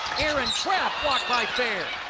aaron craft got by fair.